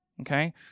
okay